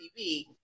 TV